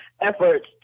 efforts